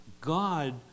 God